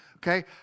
Okay